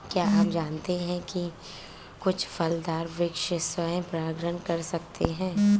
क्या आप जानते है कुछ फलदार वृक्ष स्वयं परागण कर सकते हैं?